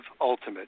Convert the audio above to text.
ultimate